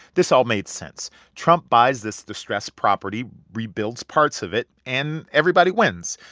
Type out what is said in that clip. this all made sense. trump buys this distressed property, rebuilds parts of it, and everybody wins.